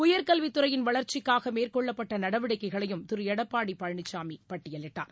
உயர்கல்வித்துறையின் வளர்ச்சிக்காக மேற்கொள்ளப்பட்ட நடவடிக்கைகளையும் திரு எடப்பாடி பழனிசாமி பட்டியலிட்டார்